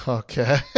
okay